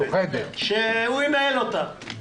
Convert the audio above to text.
ועדה משותפת שהוא ינהל אותה.